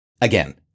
Again